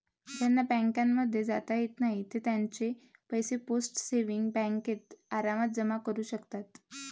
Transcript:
ज्यांना बँकांमध्ये जाता येत नाही ते त्यांचे पैसे पोस्ट सेविंग्स बँकेत आरामात जमा करू शकतात